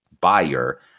buyer